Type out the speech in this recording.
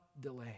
delay